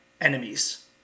enemies